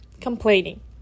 complaining